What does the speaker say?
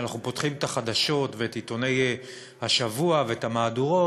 כשאנחנו פותחים את החדשות ואת עיתוני השבוע ואת המהדורות,